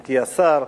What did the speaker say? עמיתי השר,